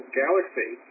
galaxy